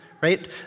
Right